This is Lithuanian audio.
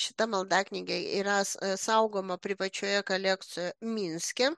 šita maldaknygė yra saugoma privačioje kolekcijoje minske